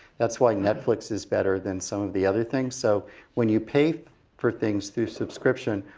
that's why netflix is better than some of the other things. so when you pay for things through subscription,